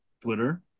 twitter